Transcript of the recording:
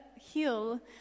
heal